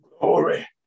glory